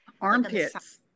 armpits